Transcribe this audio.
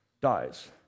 dies